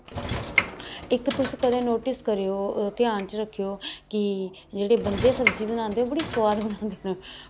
इक तुस कदें नोटिस करेओ ध्यान च रक्खेओ कि जेह्ड़े बंदे सब्जी बनांदे ओह् बड़ी सुआद बनांदे न ओह्